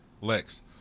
Lex